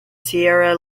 sierra